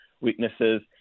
weaknesses